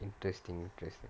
interesting interesting